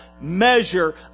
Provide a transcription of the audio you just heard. measure